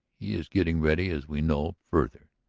he is getting ready, as we know further,